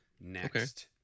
next